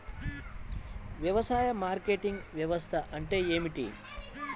వ్యవసాయ మార్కెటింగ్ వ్యవస్థ అంటే ఏమిటి?